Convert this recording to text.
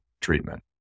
treatment